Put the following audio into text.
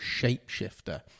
shapeshifter